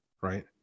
right